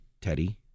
Teddy